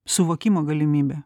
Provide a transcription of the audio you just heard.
suvokimo galimybę